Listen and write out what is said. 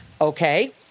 Okay